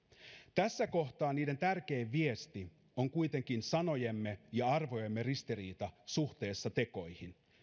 tässä kohtaa niiden tärkein viesti on kuitenkin sanojemme ja arvojemme ristiriita suhteessa tekoihin